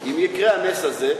אם יקרה הנס הזה,